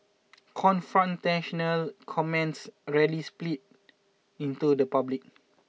confrontational comments rarely spill into the public